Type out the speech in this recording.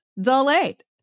delayed